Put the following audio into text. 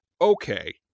okay